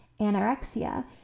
anorexia